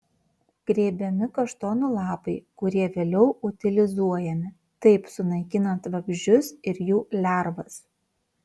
grėbiami kaštonų lapai kurie vėliau utilizuojami taip sunaikinant vabzdžius ir jų lervas